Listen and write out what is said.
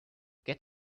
get